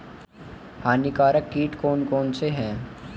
हानिकारक कीट कौन कौन से हैं?